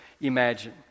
imagine